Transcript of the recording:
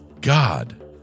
God